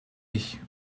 ich